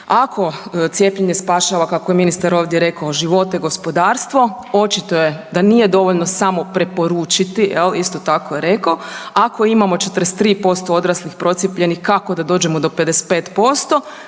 Ako cijepljenje spašava kako je ministar ovdje rekao, živote i gospodarstvo, očito je da nije dovoljno samo preporučiti, jel, isto tako je reko ako imamo 43% odraslih procijepljenih, kako da dođemo do 55%,